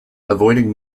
avoiding